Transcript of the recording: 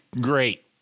Great